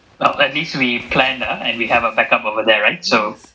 but at least we plan ah and we have a backup over there right so